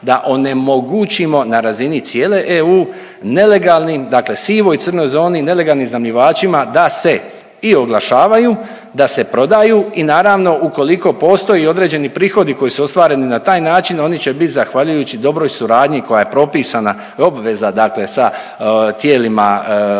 da onemogućimo na razini cijele EU nelegalnim, dakle sivoj i crnoj zoni, nelegalnim iznajmljivačima da se i oglašavaju, da se prodaju i naravno ukoliko postoje i određeni prihodi koji su ostvareni na taj način oni će bit zahvaljujući dobroj suradnji koja je propisana i obveza dakle sa tijelima,